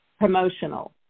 promotional